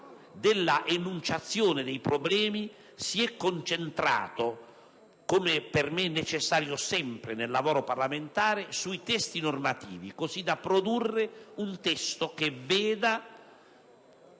dell'enunciazione dei problemi, si è concentrato - come a mio avviso è necessario sempre nel lavoro parlamentare - sui testi normativi così da produrre un testo che è